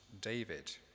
David